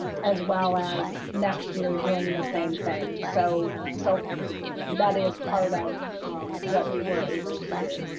as well as next year doing the same thing. so so that is part of what we were able to do.